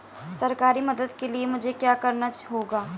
सरकारी मदद के लिए मुझे क्या करना होगा?